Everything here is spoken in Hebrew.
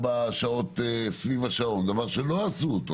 שעות סביב השעון - דבר שלא עשו אותו,